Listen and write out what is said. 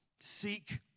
seek